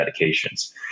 medications